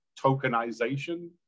tokenization